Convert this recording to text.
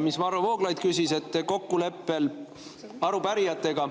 mida Varro Vooglaid küsis – kokkuleppel arupärijatega.